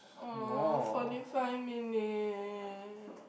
oh forty five minute